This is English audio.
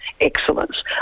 excellence